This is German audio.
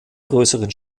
größeren